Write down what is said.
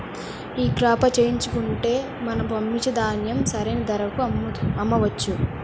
ఈ క్రాప చేయించుకుంటే మనము పండించిన ధాన్యం సరైన ధరకు అమ్మవచ్చా?